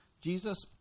Jesus